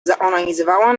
zaonanizowała